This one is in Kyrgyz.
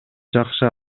жакшы